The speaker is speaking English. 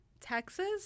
Texas